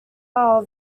are